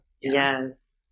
Yes